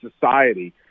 society